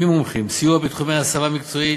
סיוע בתחומי הסבה מקצועית,